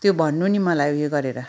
त्यो भन्नु नि मलाई उयो गरेर